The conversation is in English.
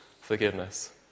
forgiveness